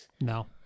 No